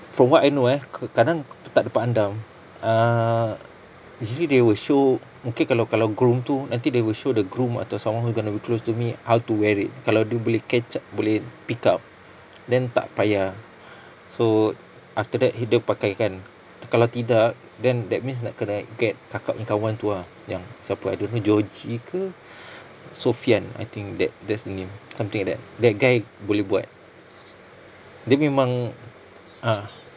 from what I know eh kadang tak ada pak andam uh usually they will show mungkin kalau kalau groom tu nanti they will show the groom atau someone who's gonna be close to me how to wear it kalau dia boleh catch up boleh pick up then tak payah so after that dia pakaikan kalau tidak then that means nak kena get kakak punya kawan tu ah yang siapa I don't know georgie ke sofian I think that that's the name something like that that guy boleh buat dia memang a'ah